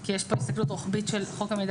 כי יש פה הסתכלות רוחבית של חוק המידע